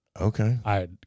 Okay